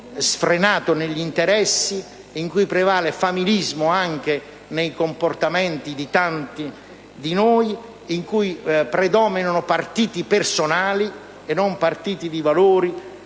illimitato negli interessi, un familismo nei comportamenti di tanti di noi, in cui predominano partiti personali e non partiti di valori,